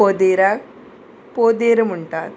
पोदेराक पोदेर म्हणटात